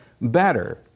better